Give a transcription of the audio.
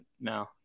no